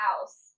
house